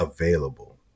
available